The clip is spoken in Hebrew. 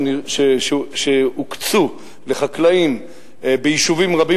שהוקצו לחקלאים ביישובים רבים.